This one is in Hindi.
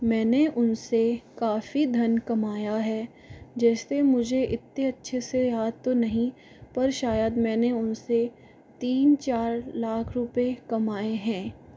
मैंने उनसे काफ़ी धन कमाया है जैसे मुझे इतने अच्छे से याद तो नहीं पर शायद मैंने उनसे तीन चार लाख रुपये कमाए हैं